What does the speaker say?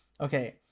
Okay